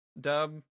dub